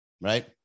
right